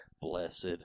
Blessed